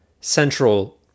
central